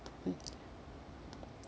mmhmm